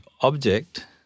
object